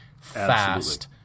fast